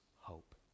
hope